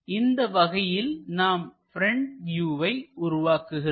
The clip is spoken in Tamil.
இந்த வகையில் நாம் ப்ரெண்ட் வியூவை உருவாக்குகிறோம்